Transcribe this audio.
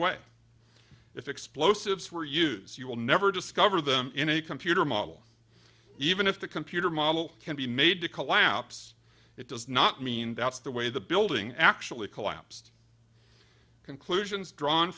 way if explosives were used you will never discover them in a computer model even if the computer model can be made to collapse it does not mean that's the way the building actually collapsed conclusions drawn